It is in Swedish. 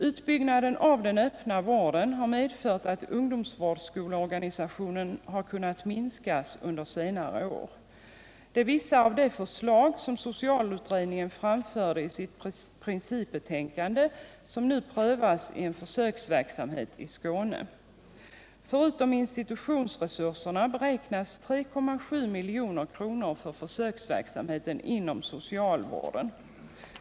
Utbyggnaden av den öppna vården har medfört att ungdomsvårdsskoleorganisationen har kunnat minskas under senare år. Det är vissa av de förslag som socialutredningen förde fram i sitt principbetänkande som prövas i en försöksverksamhet i Skåne. Förutom institutionsresurserna beräknas 3,7 milj.kr. för försöksverksamheten inom socialvården.